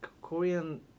Korean